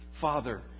Father